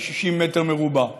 כ-60 מטר מרובע,